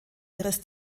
ihres